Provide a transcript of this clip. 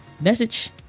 message